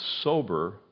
sober